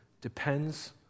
depends